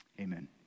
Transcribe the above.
Amen